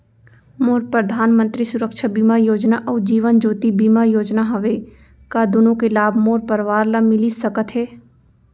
मोर परधानमंतरी सुरक्षा बीमा योजना अऊ जीवन ज्योति बीमा योजना हवे, का दूनो के लाभ मोर परवार ल मिलिस सकत हे?